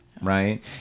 Right